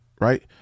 right